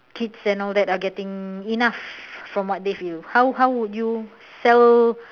kids and all that are getting enough from what they feel how how would you sell